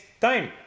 time